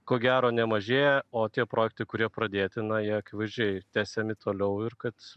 ko gero nemažėja o tie projektai kurie pradėti na jie akivaizdžiai tęsiami toliau ir kad